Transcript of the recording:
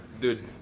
dude